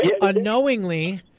unknowingly